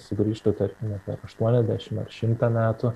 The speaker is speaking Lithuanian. sugrįžtų tarkime per aštuoniasdešimt ar šimtą metų